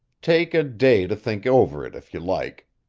take a day to think over it if you like.